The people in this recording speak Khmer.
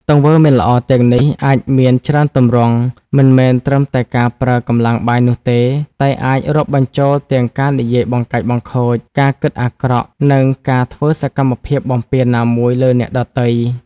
ទង្វើមិនល្អទាំងនេះអាចមានច្រើនទម្រង់ មិនមែនត្រឹមតែការប្រើកម្លាំងបាយនោះទេ តែអាចរាប់បញ្ចូលទាំង ការនិយាយបង្កាច់បង្ខូច ការគិតអាក្រក់ និងការធ្វើសកម្មភាពបំពានណាមួយលើអ្នកដទៃ។